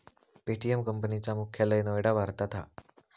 Paytm company चा मुख्यालय नोएडा भारतात हा